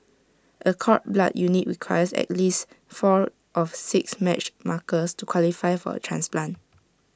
A cord blood unit requires at least four of six matched markers to qualify for A transplant